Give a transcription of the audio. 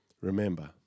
remember